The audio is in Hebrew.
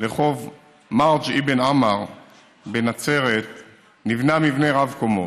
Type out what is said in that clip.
לרחוב מרג' אבן עאמר בנצרת נבנה מבנה רב-קומות.